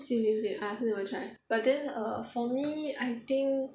same same same I also never check but then for me I think